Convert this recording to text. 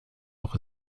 auch